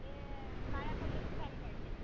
ते काळ्या कलरची साडी पाहिजे